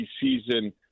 season